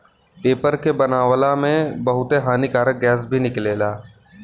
paper के बनावला में बहुते हानिकारक गैस भी निकलेला